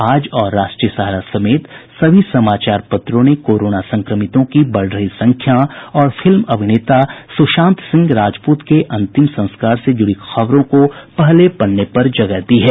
आज और राष्ट्रीय सहारा समेत सभी समाचार पत्रों ने कोरोना संक्रमितों की बढ़ रही संख्या और फिल्म अभिनेता सुशांत सिंह राजपूत के अंतिम संस्कार से जुड़ी खबरों को पहले पन्ने पर जगह दी है